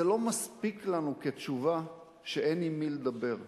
זה לא מספיק לנו כתשובה שאין עם מי לדבר.